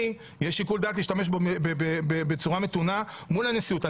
יש שיקול דעת להשתמש בו בצורה מתונה מול הנשיאות.